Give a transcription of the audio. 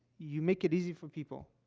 you make it easy for people,